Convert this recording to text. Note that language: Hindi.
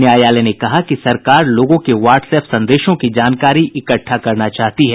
न्यायालय ने कहा कि सरकार लोगों के व्हाट्सअप संदेशों की जानकारी इकट्ठा करना चाहती है